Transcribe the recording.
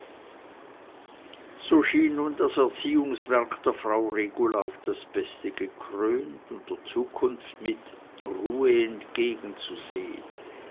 so schien nun das erziehungswerk der frau regula auf das beste gekrönt und der zukunft mit ruhe entgegenzusehen